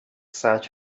such